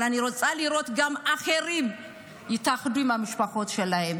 אבל אני רוצה לראות גם אחרים שיתאחדו עם המשפחות שלהם.